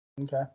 Okay